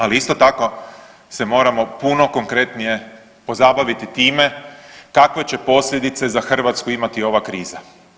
Ali isto tako se moramo puno konkretnije pozabaviti time kakve će posljedice za Hrvatsku imati ova kriza.